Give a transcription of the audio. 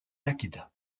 takeda